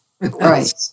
Right